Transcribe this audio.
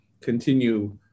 Continue